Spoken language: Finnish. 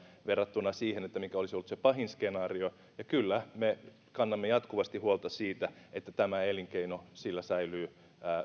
verrattuna siihen mikä olisi ollut se pahin skenaario kyllä me kannamme jatkuvasti huolta siitä että tällä elinkeinolla säilyy